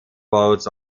boats